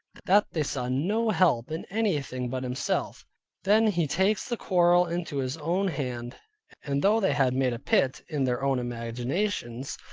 that they saw no help in anything but himself then he takes the quarrel into his own hand and though they had made a pit, in their own imaginations,